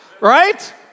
right